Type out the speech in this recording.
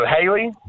Haley